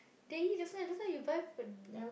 they eat just now just now you buy for